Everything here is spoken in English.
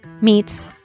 meets